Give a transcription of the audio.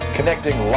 Connecting